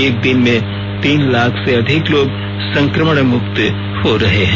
एक दिन में तीन लाख से अधिक लोग संक्रमण मुक्त हो रहे हैं